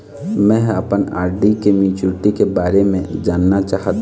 में ह अपन आर.डी के मैच्युरिटी के बारे में जानना चाहथों